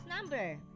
number